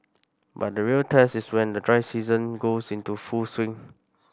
but the real test is when the dry season goes into full swing